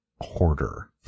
hoarder